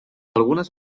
algunes